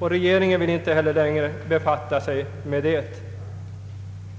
och regeringen vill inte heller längre befatta sig med det.